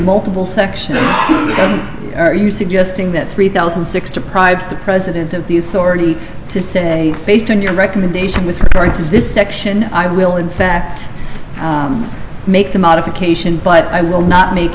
multiple sections are you suggesting that three thousand and six deprives the president of the authority to say based on your recommendation with regard to this section i will in fact make the modification but i will not make